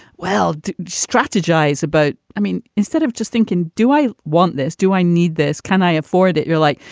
well, to strategize about. i mean, instead of just thinking, do i want this? do i need this? can i afford it? you're like,